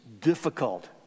difficult